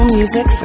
Music